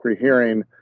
hearing